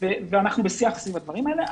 ואנחנו בשיח סביב הדברים האלה.